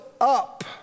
up